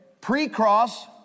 Pre-cross